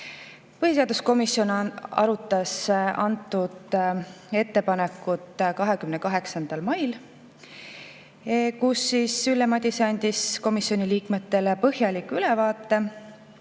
Põhiseaduskomisjon arutas seda ettepanekut 28. mail, kui Ülle Madise andis komisjoni liikmetele põhjaliku ülevaate